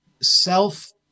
self